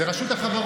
זה רשות החברות.